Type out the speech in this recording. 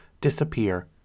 Disappear